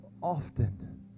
often